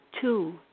two